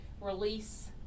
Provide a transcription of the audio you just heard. release